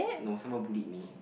no someone bullied me